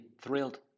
thrilled